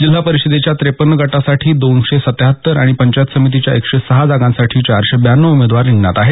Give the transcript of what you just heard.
जिल्हा परिषदेच्या ट्रेपन्न गटासाठी दोनशे सत्त्याहत्तर आणि पंचायत समितीच्या एकशे सहा जागांसाठी चारशे ब्याण्णव उमेदवार रिंगणात आहेत